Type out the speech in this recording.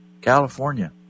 California